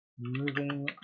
moving